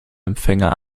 empfänger